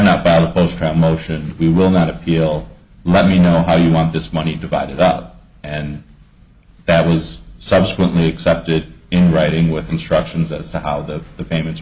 from motion we will not appeal let me know how you want this money divided up and that was subsequently accepted in writing with instructions as to how that the payments